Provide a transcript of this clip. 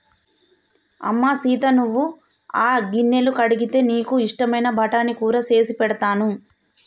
అమ్మ సీత నువ్వు ఆ గిన్నెలు కడిగితే నీకు ఇష్టమైన బఠానీ కూర సేసి పెడతాను